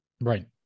Right